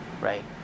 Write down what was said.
right